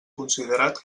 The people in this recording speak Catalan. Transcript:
considerat